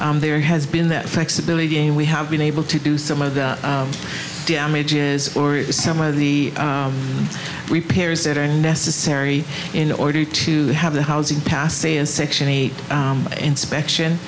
share there has been that flexibility and we have been able to do some of the damages or some of the repairs that are necessary in order to have the housing past say a section eight inspection